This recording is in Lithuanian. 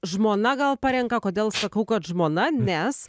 žmona gal parenka kodėl sakau kad žmona nes